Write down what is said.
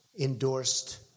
endorsed